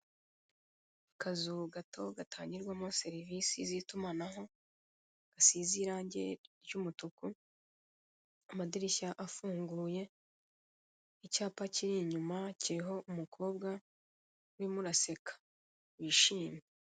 Akazu gato gatangirwamo serivise z'itumanaho gasize irange ry'umutuku, amadirishya afunguye, icyapa kiri inyuma kiriho umukobwa urimo uraseka wishimye.